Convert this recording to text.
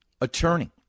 attorney